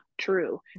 true